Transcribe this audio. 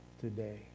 today